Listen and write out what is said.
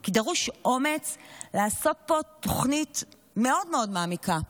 כי דרוש אומץ לעשות פה תוכנית מאוד מאוד מעמיקה,